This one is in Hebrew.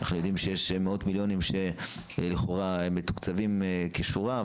אנחנו יודעים שיש מאות מיליונים שלכאורה מתוקצבים בשורה,